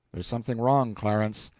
there's something wrong, clarence.